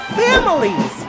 families